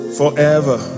forever